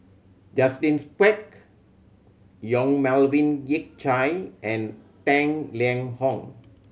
Justin Quek Yong Melvin Yik Chye and Tang Liang Hong